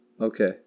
Okay